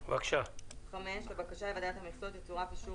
אני ממשיכה בקריאה: לבקשה לוועדת המכסות יצורף אישור